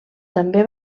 també